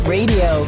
Radio